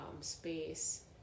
space